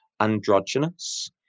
androgynous